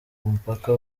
mupaka